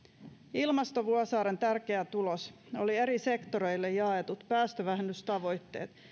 ilmasto vuosaaren tärkeä tulos oli eri sektoreille jaetut päästövähennystavoitteet